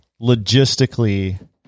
logistically